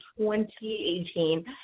2018